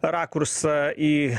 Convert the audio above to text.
rakursą į